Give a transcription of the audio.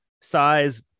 size